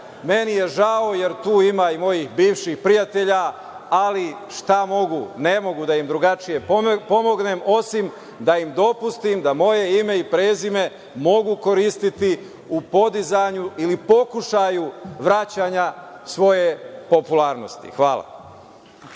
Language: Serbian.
Meni je žao, jer tu ima i mojih bivših prijatelja, ali šta mogu. Ne mogu da im drugačije pomognem, osim da im dopustim da moje ime i prezime mogu koristiti u podizanju ili pokušaju vraćanja svoje popularnosti. Hvala.